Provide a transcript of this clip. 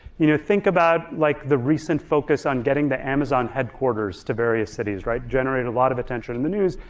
you know think about like the recent focus on getting the amazon headquarters to various cities, right, generate a lot of attention in the news.